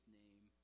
name